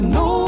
no